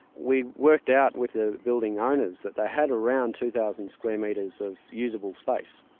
we worked out with the building ah owners that they had around two thousand square metres of useable space,